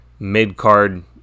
mid-card